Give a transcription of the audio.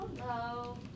Hello